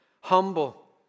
Humble